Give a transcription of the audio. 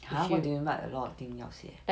!huh! what do you mean by a lot of thing 要写